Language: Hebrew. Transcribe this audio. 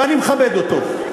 ואני מכבד אותו.